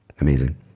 Amazing